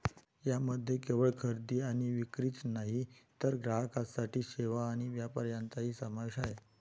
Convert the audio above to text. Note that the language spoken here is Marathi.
यामध्ये केवळ खरेदी आणि विक्रीच नाही तर ग्राहकांसाठी सेवा आणि व्यापार यांचाही समावेश आहे